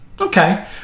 Okay